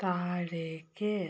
താഴേക്ക്